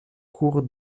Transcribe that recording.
court